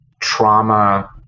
trauma